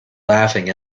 laughing